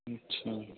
अच्छा